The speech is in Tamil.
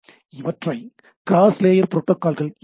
இவற்றை "கிராஸ் லேயர் புரோட்டோகால்கள்" என்கிறோம்